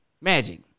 Magic